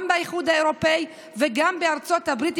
גם באיחוד האירופי וגם בארצות הברית,